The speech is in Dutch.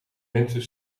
mensen